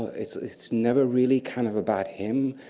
it's never really kind of about him.